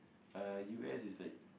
uh U_S is like